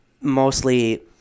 mostly